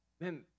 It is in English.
man